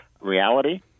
reality